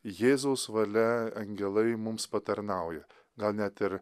jėzaus valia angelai mums patarnauja gal net ir